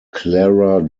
clara